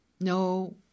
No